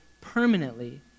permanently